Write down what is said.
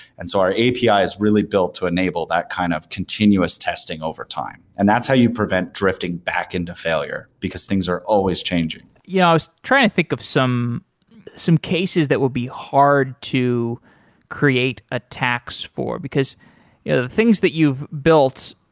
and so our api is really built to enable that kind of continuous testing over time, and that's how you prevent drifting back into failure, because things are always changing. yeah i was trying to think of some some cases that will be hard to create attacks for, because yeah the things that you've built,